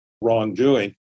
wrongdoing